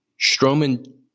Strowman